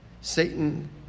Satan